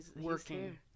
working